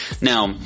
Now